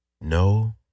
no